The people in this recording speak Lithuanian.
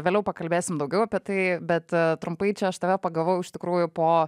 vėliau pakalbėsim daugiau apie tai bet trumpai čia aš tave pagavau iš tikrųjų po